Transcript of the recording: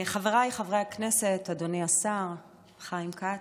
חבריי חברי הכנסת, אדוני השר חיים כץ,